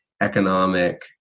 economic